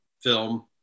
film